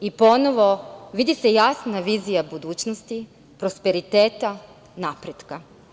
Ponovo se vidi jasna vizija budućnosti, prosperiteta, napretka.